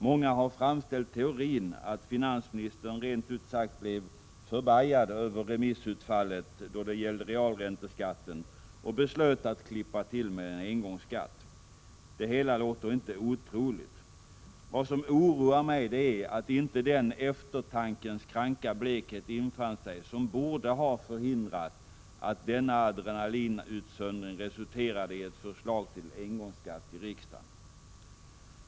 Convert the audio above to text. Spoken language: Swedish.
Många har framställt teorin att finansministern rent ut sagt blev förbajad över remissutfallet då det gällde realränteskatten och beslöt att klippa till med en engångsskatt. Det hela låter inte otroligt. Vad som emellertid oroar mig är att inte den eftertankens kranka blekhet infann sig som borde ha förhindrat att denna adrenalinutsöndring resulterade i ett förslag till engångsskatt i riksdagen.